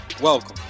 welcome